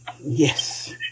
Yes